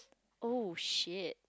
oh shit